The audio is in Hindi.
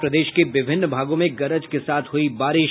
और प्रदेश के विभिन्न भागों में गरज के साथ हुई बारिश